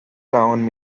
town